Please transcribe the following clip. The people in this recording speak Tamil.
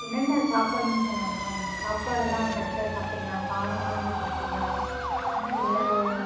என்னென்ன சாப்பிட்ணுன்னு சொன்னாங்க மேம் சாப்பாடெலாம் கரெக்டாக சாப்பிட்டிங்களா காரமானது சாப்பிட்டிங்களா இல்லை